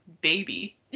baby